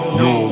no